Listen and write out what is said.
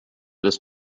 this